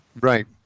Right